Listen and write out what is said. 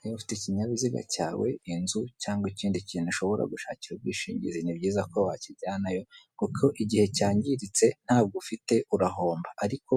Niba ufite ikinyabiziga cyawe, inzu cyangwa ikindi kintu ushobora gushakira ubwishingizi, ni byiza ko wakijyanayo kuko igihe cyangiritse ntabwo ufite urahomba, ariko